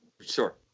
Sure